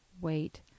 wait